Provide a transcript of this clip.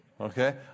Okay